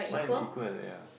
mine equal yeah